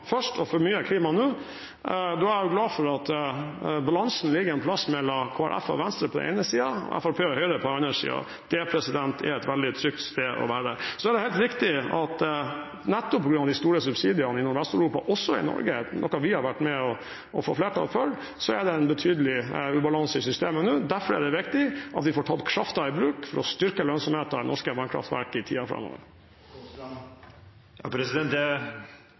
først og for mye klima nå. Da er jeg glad for at balansen ligger et sted mellom Kristelig Folkeparti og Venstre på den ene siden og Fremskrittspartiet og Høyre på den andre siden. Det er et veldig trygt sted å være. Så er det helt riktig at nettopp på grunn av de store subsidiene i Nordvest-Europa, også i Norge, noe vi har vært med og fått flertall for, er det en betydelig ubalanse i systemet nå. Derfor er det viktig at vi får tatt kraften i bruk for å styrke lønnsomheten i norske vannkraftverk i tiden framover. Jeg registrerer at statsråden velger ikke å svare. Det